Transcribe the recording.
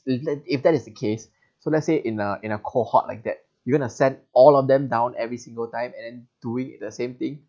let if that is the case so let's say in a in a cohort like that you are going to send all of them down every single time and doing the same thing